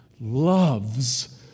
loves